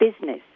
business